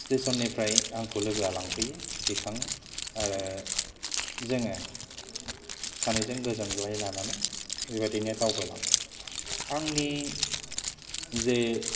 स्थेसननिफ्राय आंखौ लोगोया लांफैयो दैखाङो जोङो सानैजों गोजोनग्लाय लानानै बेबादिनो दावबाय लाङो आंनि जे